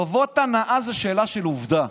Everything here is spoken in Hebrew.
טובות הנאה זו שאלה של עובדה.